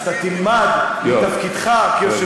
אני שואל, אז אתה תלמד בתפקידך, יואל.